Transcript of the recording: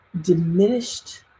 diminished